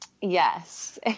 Yes